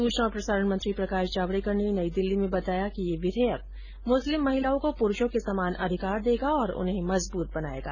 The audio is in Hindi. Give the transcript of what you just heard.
सूचना और प्रसारण मंत्री प्रकाश जावड़ेकर ने नई दिल्ली में बताया कि ये विधेयक मुस्लिम महिलाओं को पुरूषों के समान अधिकार देगा और उन्हें मजबूत बनाएगा